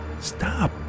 Stop